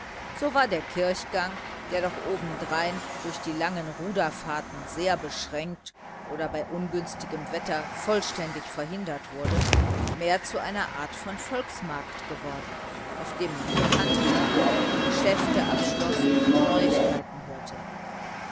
so war der kirchgang der noch obendrein durch die langen ruderfahrten sehr beschränkt oder bei ungünstigem wetter vollständig verhindert wurde mehr zu einer art von volksmarkt geworden auf dem man bekannte traf geschäfte abschloß und neuigkeiten hörte